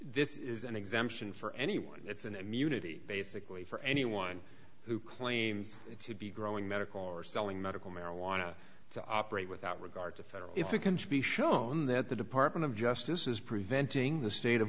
this is an exemption for anyone it's an immunity basically for anyone who claims to be growing medical or selling medical marijuana to operate without regard to federal if it can be shown that the department of justice is preventing the state of